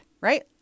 right